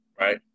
Right